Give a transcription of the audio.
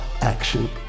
action